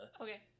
Okay